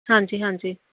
ਹਾਂਜੀ ਹਾਂਜੀ